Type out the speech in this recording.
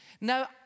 Now